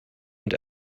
und